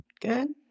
good